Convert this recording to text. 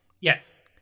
Yes